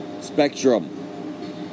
spectrum